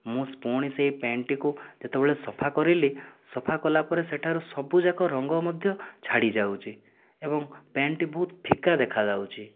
ମୁଁ ପୁଣି ସେହି ପ୍ୟାଣ୍ଟଟିକୁ ଯେତେବେଳେ ସଫା କରିଲି ସଫା କଲା ପରେ ସେଠାର ସବୁଯାକ ରଙ୍ଗ ମଧ୍ୟ ଛାଡ଼ିଯାଉଛି ଏବଂ ପ୍ୟାଣ୍ଟଟି ବହୁତ ଫିକା ଦେଖାଯାଉଛି